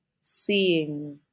seeing